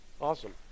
Awesome